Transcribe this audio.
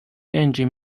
engine